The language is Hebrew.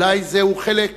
אולי זה חלק